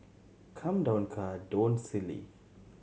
come down car don't silly